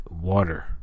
water